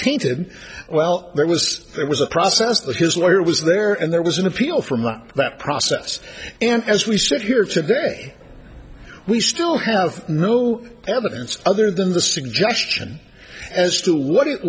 tainted well there was there was a process but his lawyer was there and there was an appeal from up that process and as we sit here today we still have no evidence other than the suggestion as to what it